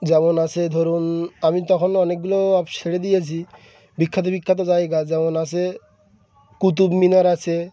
যেমন আছে ধরুন আমি তখন অনেকগুলো ছেড়ে দিয়েছি বিখ্যাত বিখ্যাত জায়গা যেমন আছে কুতুব মিনার আছে